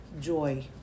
joy